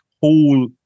whole